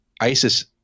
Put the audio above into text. ISIS